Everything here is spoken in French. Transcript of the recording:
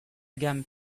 gamme